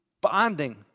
bonding